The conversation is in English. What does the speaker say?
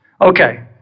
Okay